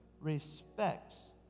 respects